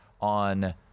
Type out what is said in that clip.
on